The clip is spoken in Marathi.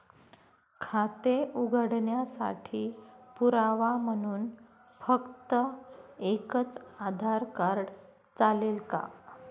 खाते उघडण्यासाठी पुरावा म्हणून फक्त एकच आधार कार्ड चालेल का?